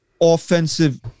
offensive